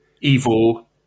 Evil